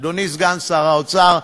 אדוני סגן שר האוצר,